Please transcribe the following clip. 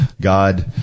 God